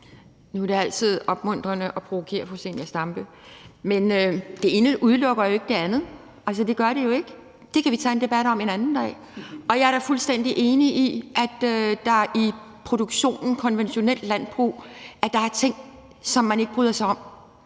Nu er det altid opmuntrende at provokere fru Zenia Stampe, men det ene udelukker jo ikke det andet. Det gør det jo ikke. Det kan vi tage en debat om en anden dag. Jeg er da fuldstændig enig i, at der i produktionen i konventionelt landbrug er ting, som man ikke bryder sig om.